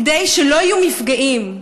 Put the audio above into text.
כדי שלא יהיו מפגעים,